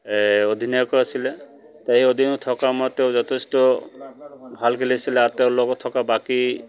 অধীনায়কো আছিলে তেওঁ অধীনত থকা সময়ত তেওঁ যথেষ্ট ভাল খেলিছিলে আৰু তেওঁৰ লগত থকা বাকী